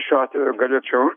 šiuo atveju galėčiau